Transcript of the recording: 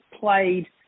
played